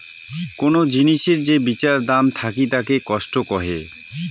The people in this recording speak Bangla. কোন জিনিসের যে বিচার দাম থাকিতাকে কস্ট কহে